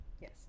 Yes